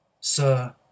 sir